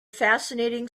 fascinating